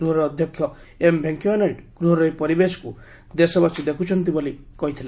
ଗୃହର ଅଧ୍ୟକ୍ଷ ଏମ୍ ଭେଙ୍କିୟାନାଇଡ଼ୁ ଗୃହର ଏହି ପରିବେଶକୁ ଦେଶବାସୀ ଦେଖୁଛନ୍ତି ବୋଲି କହିଥିଲେ